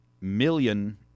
million